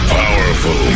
powerful